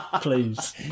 Please